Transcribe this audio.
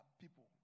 people